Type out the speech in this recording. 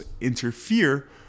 interfere